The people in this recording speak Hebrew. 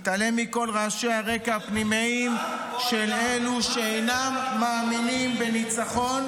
התעלם מכל רעשי הרקע הפנימיים של אלו שאינם מאמינים בניצחון,